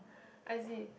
I see